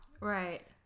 Right